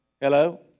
Hello